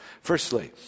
Firstly